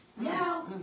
Now